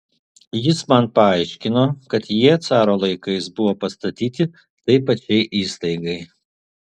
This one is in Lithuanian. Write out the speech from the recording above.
jis man paaiškino kad jie caro laikais buvo pastatyti tai pačiai įstaigai